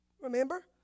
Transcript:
Remember